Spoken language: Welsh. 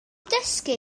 dysgu